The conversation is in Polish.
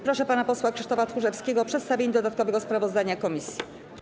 Proszę pana posła Krzysztofa Tchórzewskiego o przedstawienie dodatkowego sprawozdania komisji.